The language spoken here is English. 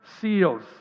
seals